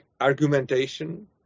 argumentation